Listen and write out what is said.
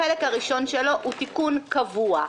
החלק הראשון שלו הוא תיקון קבוע: